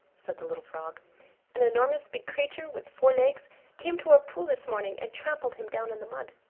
said the little frog an enormous big creature with four legs came to our pool this morning and trampled him down in the mud.